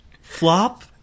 Flop